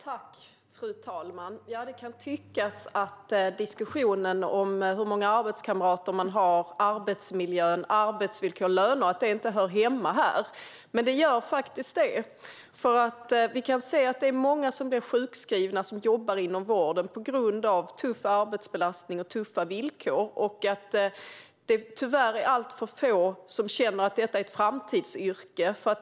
Fru talman! Det kan tyckas att diskussionen om hur många arbetskamrater man har, arbetsmiljön, arbetsvillkor och löner inte hör hemma här. Men den gör faktiskt det. Vi kan se att det är många som jobbar inom vården som blir sjukskrivna på grund av tuff arbetsbelastning och tuffa villkor. Det är, med tanke på de behov vi har framöver, tyvärr alltför få som känner att det är ett framtidsyrke.